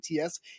ATS